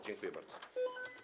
Dziękuję bardzo.